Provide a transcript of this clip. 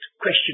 question